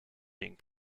being